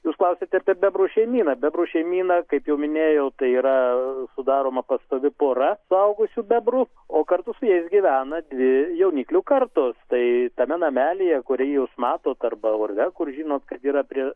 jūs klausiate apie bebrų šeimyna bebrų šeimyna kaip jau minėjau tai yra sudaroma pastovi pora suaugusių bebrų o kartu su jais gyvena dvi jauniklių kartos tai tame namelyje kurį jūs matot arba urve kur žino kad yra prie